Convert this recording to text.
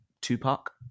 Tupac